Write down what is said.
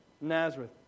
Nazareth